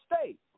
State